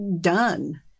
done